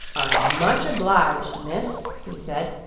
i'm much obliged, miss, he said,